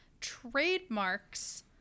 Trademarks